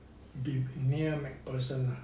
the near macpherson lah